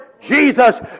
Jesus